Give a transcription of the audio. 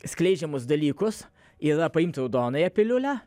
skleidžiamus dalykus yra paimti raudonąją piliulę